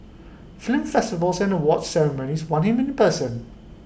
film festivals and awards ceremonies want him in person